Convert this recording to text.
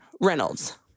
Reynolds